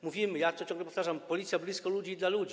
Mówimy, ja to ciągle powtarzam: Policja blisko ludzi i dla ludzi.